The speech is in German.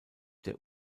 der